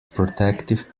protective